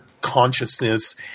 consciousness